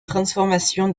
transformations